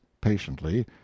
patiently